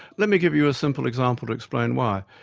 let me give you a simple example to explain why.